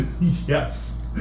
Yes